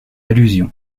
allusion